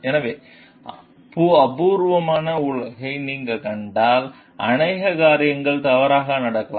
ஆகவே அபூரண உலகத்தை நீங்கள் கண்டால் அநேக காரியங்கள் தவறாக நடக்கலாம்